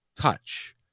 touch